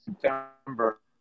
September